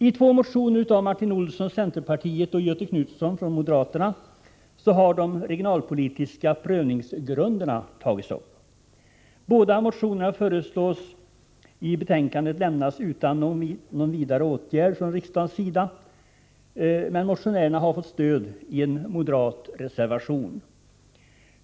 I två motioner — av Martin Olsson m.fl., centerpartiet, och av Göthe Knutson från moderaterna — har de regionalpolitiska prövningsgrunderna tagits upp. Båda motionerna föreslås i betänkandet bli lämnade utan någon vidare åtgärd från riksdagens sida, men motionärerna har fått stöd i en moderat reservation.